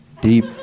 Deep